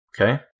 okay